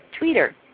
Tweeter